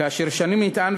כאשר שנים נטען,